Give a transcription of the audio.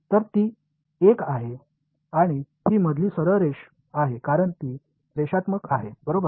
तर ती एक आहे आणि ही मधली सरळ रेष आहे कारण ती रेषात्मक आहे बरोबर